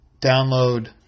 download